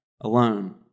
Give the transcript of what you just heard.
alone